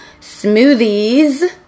smoothies